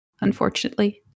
unfortunately